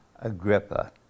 Agrippa